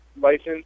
license